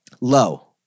Low